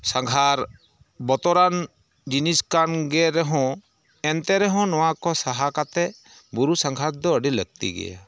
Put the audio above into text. ᱥᱟᱸᱜᱷᱟᱨ ᱵᱚᱛᱚᱨᱟᱱ ᱡᱤᱱᱤᱥ ᱠᱟᱱᱜᱮ ᱨᱮᱦᱚᱸ ᱮᱱᱛᱮᱨᱮᱦᱚᱸ ᱱᱚᱣᱟ ᱠᱚ ᱥᱟᱦᱟ ᱠᱟᱛᱮᱜ ᱵᱩᱨᱩ ᱥᱟᱸᱜᱷᱟᱨ ᱫᱚ ᱟᱹᱰᱤ ᱞᱟᱹᱠᱛᱤ ᱜᱮᱭᱟ